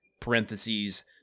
parentheses